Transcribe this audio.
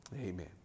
Amen